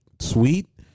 sweet